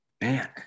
Man